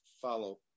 follow